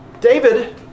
David